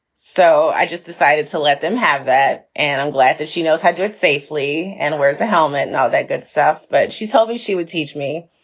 so i just decided to let them have that. and i'm glad that she knows how to do it safely and wear the helmet and all that. good stuff. but she told me she would teach me.